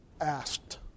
asked